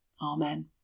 Amen